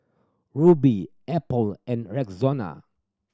Rubi Apple and Rexona